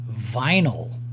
vinyl